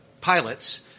pilots